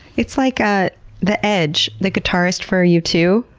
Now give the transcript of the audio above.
it's like ah the edge, the guitarist for u two.